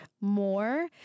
more